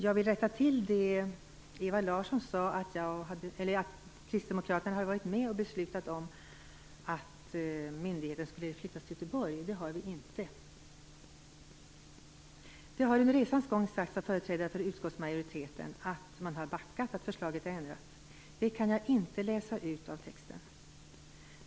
Jag vill rätta till det som Ewa Larsson sade om att vi inom Kristdemokraterna hade varit med och beslutat om att myndigheten skulle flyttas till Göteborg. Det har vi inte. Det har under resans gång sagts av företrädare för utskottsmajoriteten att man har backat och att förslaget är ändrat, men det kan jag inte läsa ut av texten.